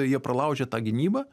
jie pralaužė tą gynybą